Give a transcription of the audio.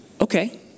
Okay